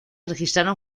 registraron